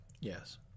Yes